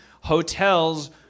Hotels